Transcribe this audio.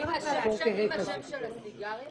יהיה השם של הסיגריות?